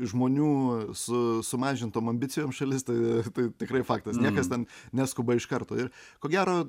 žmonių su sumažintom ambicijom šalis tai tai tikrai faktas nes ten neskuba iš karto ir ko gero